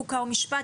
חוק ומשפט,